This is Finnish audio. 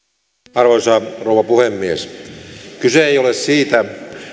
arvoisa rouva puhemies kyse ei ole siitä